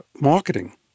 marketing